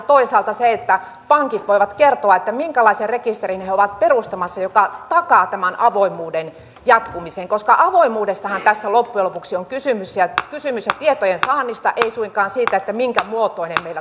toisaalta pankit voivat kertoa minkälaisen rekisterin he ovat perustamassa mikä takaa tämän avoimuuden jatkumisen koska avoimuudestahan tässä loppujen lopuksi on kysymys ja tietojensaannista ei suinkaan siitä minkä muotoinen meillä tuo rekisteri on